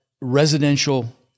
residential